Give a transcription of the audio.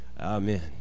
Amen